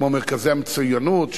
כמו מרכזי המצוינות,